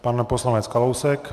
Pan poslanec Kalousek.